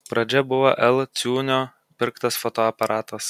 pradžia buvo l ciūnio pirktas fotoaparatas